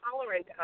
tolerant